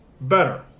Better